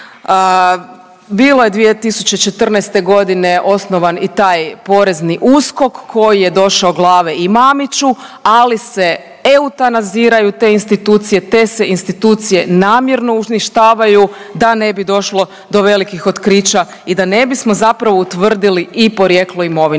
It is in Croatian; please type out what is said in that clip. Bilo je 2014. godine osnovan i taj porezni USKOK koji je došao glave i Mamiću, ali se eutanaziraju te institucije, te se institucije namjerno uništavaju da ne bi došlo do velikih otkrića i da ne bismo zapravo utvrdili i porijeklo imovine.